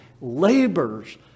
labors